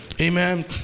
Amen